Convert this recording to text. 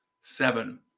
Seven